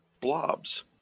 blobs